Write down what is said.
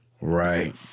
Right